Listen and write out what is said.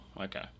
okay